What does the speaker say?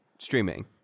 streaming